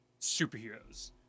superheroes